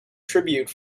tribute